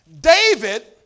David